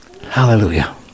Hallelujah